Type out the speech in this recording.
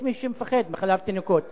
יש מי שמפחד מחלב תינוקות.